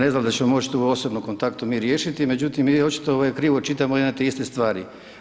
Ne znam dal ćemo to moći u osobnom kontaktu mi riješiti, međutim, mi očito krivo čitamo jedne te iste stvari.